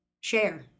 share